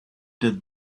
did